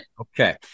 Okay